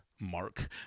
Mark